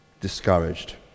discouraged